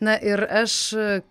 na ir aš